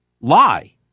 lie